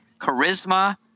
charisma